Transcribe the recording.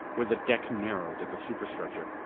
where the deck narrowed at the superstructure,